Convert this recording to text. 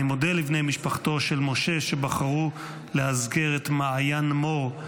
אני מודה לבני משפחתו של משה שבחרו לאזכר את מעיין מור,